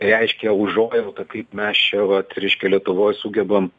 reiškia užuojautą kaip mes čia vat reiškia lietuvoj sugebam